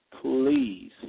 please